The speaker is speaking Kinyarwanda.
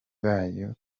bayo